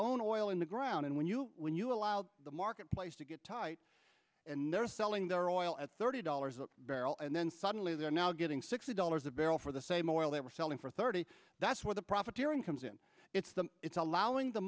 own oil in the ground and when you when you allow the marketplace to get tight and they're selling their oil at thirty dollars a barrel and then suddenly they're now getting sixty dollars a barrel for the same oil they were selling for thirty that's why the profiteering comes in it's the it's allowing the